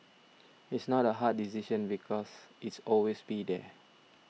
it's not a hard decision because it's always be there